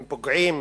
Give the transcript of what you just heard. הם פוגעים